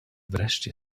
wreszcie